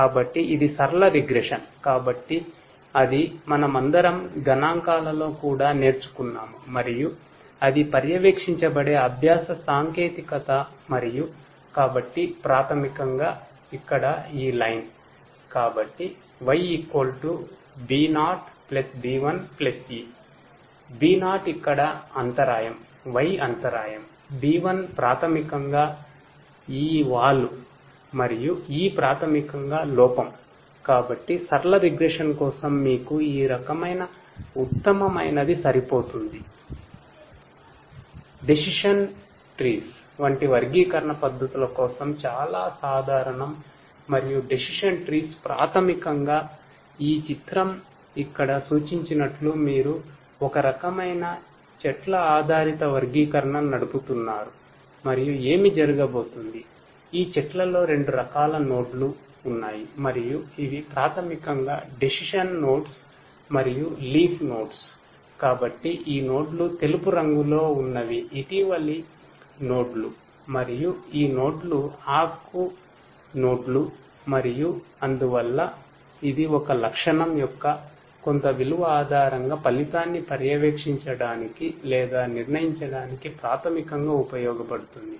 కాబట్టి ఇది సరళ రిగ్రెషన్ కోసం మీకు ఈ రకమైన ఉత్తమమైనధి సరిపోతుంది